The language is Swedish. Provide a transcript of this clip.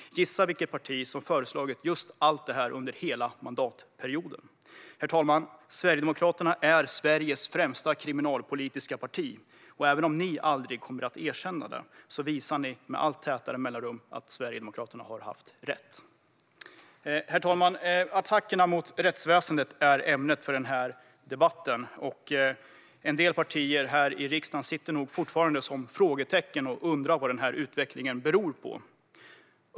Gissa vilket parti som har föreslagit allt det här under hela mandatperioden. Herr talman! Sverigedemokraterna är Sveriges främsta kriminalpolitiska parti, och även om ni aldrig kommer att erkänna det visar ni med allt tätare mellanrum att Sverigedemokraterna har haft rätt. Herr talman! Attackerna mot rättsväsendet är ämnet för den här debatten. En del partier här i riksdagen sitter nog fortfarande som frågetecken och undrar vad den här utvecklingen beror på.